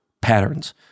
patterns